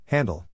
Handle